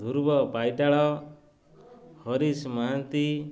Dhruv Paital Harish Mohanty